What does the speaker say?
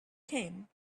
came